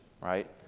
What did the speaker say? right